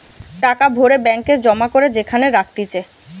টাকা ভরে ব্যাঙ্ক এ জমা করে যেখানে রাখতিছে